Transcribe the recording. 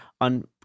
on